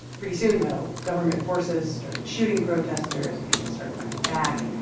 pretty soon, though, government forces started shooting protesters, and people started fighting back.